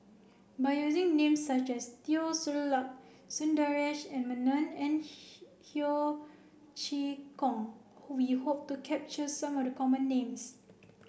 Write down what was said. by using names such as Teo Ser Luck Sundaresh Menon and Ho Chee Kong we hope to capture some of the common names